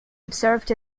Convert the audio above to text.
observed